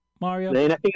Mario